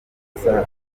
bufaransa